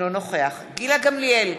אינו נוכח גילה גמליאל,